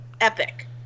epic